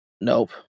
Nope